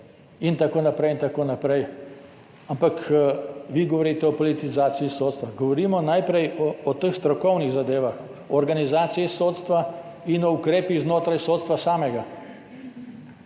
in tako naprej in tako naprej, ampak vi govorite o politizaciji sodstva. Govorimo najprej o teh strokovnih zadevah, o organizaciji sodstva in o ukrepih znotraj sodstva samega.